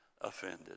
Offended